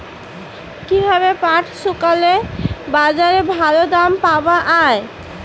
কীভাবে পাট শুকোলে বাজারে ভালো দাম পাওয়া য়ায়?